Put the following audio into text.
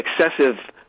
excessive